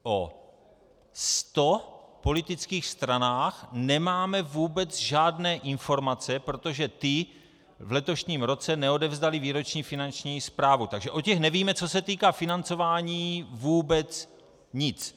O 100 politických stranách nemáme vůbec žádné informace, protože ty v letošním roce neodevzdaly výroční finanční zprávu, takže o těch nevíme, co se týká financování, vůbec nic.